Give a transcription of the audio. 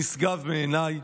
נשגב מבינתי.